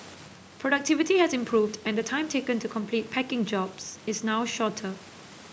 productivity has improved and the time taken to complete packing jobs is now shorter